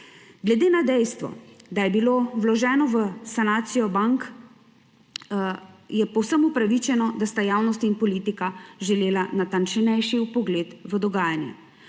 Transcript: Glede na dejstvo, da je bilo vloženo v sanacijo bank, je povsem upravičeno, da sta javnost in politika želela natančnejši vpogled v dogajanje.